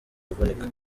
kuvunika